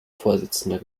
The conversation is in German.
vorsitzender